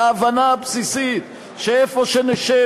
להבנה הבסיסית שאיפה שנשב,